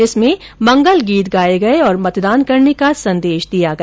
इसमें मंगलगीत गाये गए और मतदान करने का संदेश दिया गया